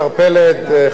חברי השרים,